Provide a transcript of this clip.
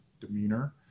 demeanor